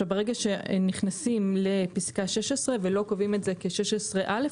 ברגע שנכנסים לפסקה (16) ולא קובעים את זה כ-(16) (א),